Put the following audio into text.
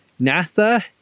NASA